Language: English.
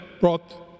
brought